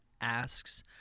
asks